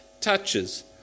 touches